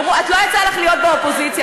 לא יצא לך להיות באופוזיציה,